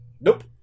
Nope